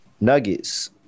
Nuggets